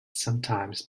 sometimes